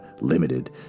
Limited